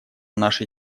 нашей